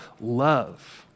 love